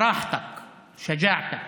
(אומר בערבית: הכנות שלך, האומץ שלך, הגישה שלך,